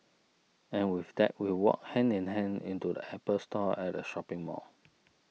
and with that we walked hand in hand into the Apple Store at the shopping mall